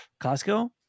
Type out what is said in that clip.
Costco